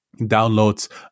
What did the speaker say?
downloads